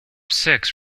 six